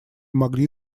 могли